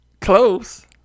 Close